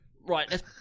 right